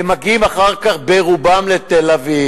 הם מגיעים אחר כך ברובם לתל-אביב.